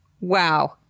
wow